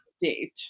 date